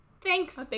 thanks